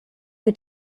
who